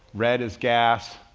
red is gas,